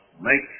make